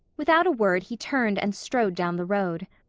without a word he turned and strode down the road.